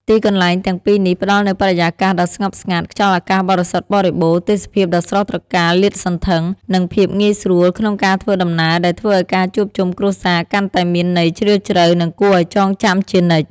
ទីកន្លែងទាំងពីរនេះផ្តល់នូវបរិយាកាសដ៏ស្ងប់ស្ងាត់ ខ្យល់អាកាសបរិសុទ្ធបរិបូរណ៍ ទេសភាពដ៏ស្រស់ត្រកាលលាតសន្ធឹង និងភាពងាយស្រួលក្នុងការធ្វើដំណើរ ដែលធ្វើឲ្យការជួបជុំគ្រួសារកាន់តែមានន័យជ្រាលជ្រៅ និងគួរឲ្យចងចាំជានិច្ច។